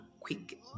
quick